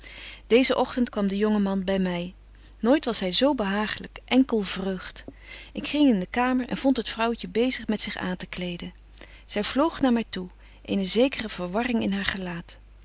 deezen ochtend kwam de jonge man by my nooit was hy zo behaaglyk enkel vreugd ik ging in de kamer en vond het vrouwtje bezig met zich aan te kleden zy vloog naar my toe eene zekere verwarring in haar gelaat